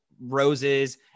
roses